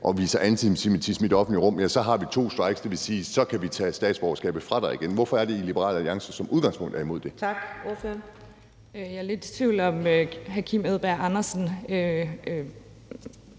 og viser antisemitisme i det offentlige rum, så har vi to strikes, og det vil sige, at så kan vi tage statsborgerskabet fra dig igen. Hvorfor er det, at Liberal Alliance som udgangspunkt er imod det? Kl. 10:52 Fjerde næstformand (Karina